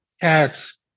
cats